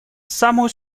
самую